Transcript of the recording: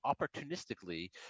opportunistically